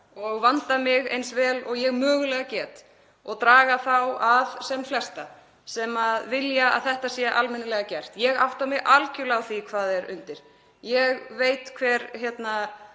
og vanda mig eins vel og ég mögulega get, draga þá að sem flesta sem vilja að þetta sé almennilega gert. Ég átta mig algerlega á því hvað er undir. (Forseti hringir.)